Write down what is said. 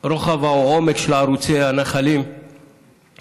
הרוחב או העומק של ערוצי הנחלים בנגב.